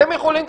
אתם יכולים,